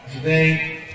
Today